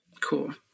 Cool